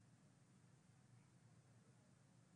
למה לא להוסיף פעולות שפרמדיקים יוכלו לבצע באופן